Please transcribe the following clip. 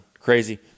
Crazy